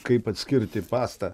kaip atskirti pastą